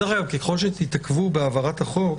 דרך אגב, ככל שתתעכבו בהעברת החוק,